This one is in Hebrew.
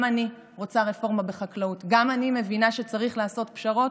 גם אני רוצה רפורמה בחקלאות וגם אני מבינה שצריך לעשות פשרות